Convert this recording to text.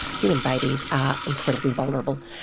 human babies are incredibly vulnerable,